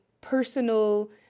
personal